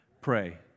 Pray